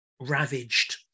ravaged